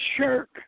shirk